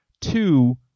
Two